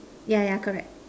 yeah yeah correct